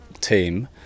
team